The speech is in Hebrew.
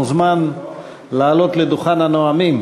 מוזמן לעלות לדוכן הנואמים